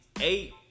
eight